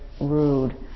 rude